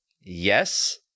yes